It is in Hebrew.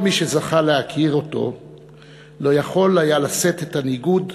שכל מי שזכה להכיר אותו לא יכול היה לשאת את הניגוד